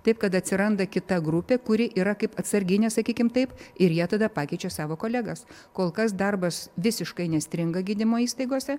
taip kad atsiranda kita grupė kuri yra kaip atsarginė sakykim taip ir jie tada pakeičia savo kolegas kol kas darbas visiškai nestringa gydymo įstaigose